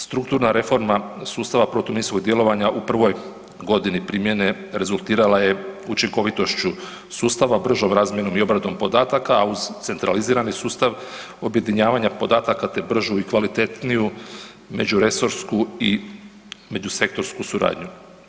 Strukturna reforma sustava protuminskog djelovanja u prvoj godini primjene rezultirala je učinkovitošću sustava, bržom razmjenom i obradom podataka, a uz centralizirani sustav objedinjavanja podataka, te bržu i kvalitetniju međuresorsku i međusektorsku suradnju.